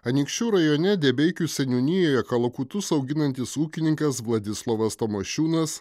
anykščių rajone debeikių seniūnijoje kalakutus auginantis ūkininkas vladislovas tamošiūnas